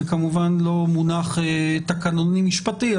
זה כמובן לא מונח תקנוני משפטי,